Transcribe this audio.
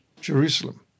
Jerusalem